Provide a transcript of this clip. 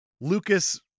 Lucas